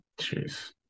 Jeez